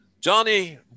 Johnny